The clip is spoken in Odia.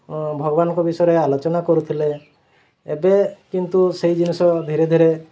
ଭଗବାନଙ୍କ ବିଷୟରେ ଆଲୋଚନା କରୁଥିଲେ ଏବେ କିନ୍ତୁ ସେହ ଜିନିଷ ଧୀରେ ଧୀରେ